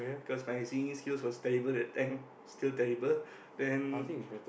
cause my singing skills was terrible that time still terrible then